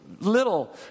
little